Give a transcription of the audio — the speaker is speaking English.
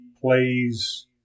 plays